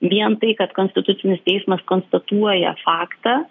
vien tai kad konstitucinis teismas konstatuoja faktą